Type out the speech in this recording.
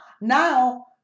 now